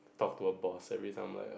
talk to our boss every time like